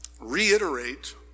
reiterate